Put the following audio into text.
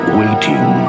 waiting